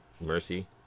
Mercy